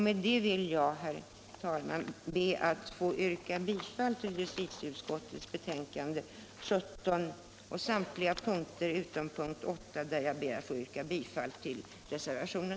Med detta ber jag, herr talman, att få yrka bifall till utskottets hemställan på samtliga punkter utom vid punkten 8, där jag ber att få yrka bifall till reservationen.